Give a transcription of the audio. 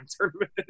tournament